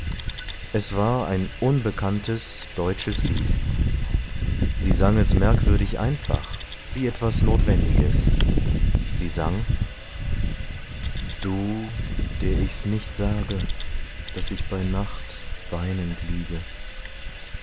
es war ein unbekanntes deutsches lied sie sang es merkwürdig einfach wie etwas notwendiges sie sang du der ichs nicht sage daß ich bei nacht weinend liege